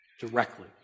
directly